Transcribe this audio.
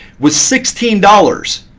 was sixteen dollars.